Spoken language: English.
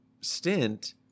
stint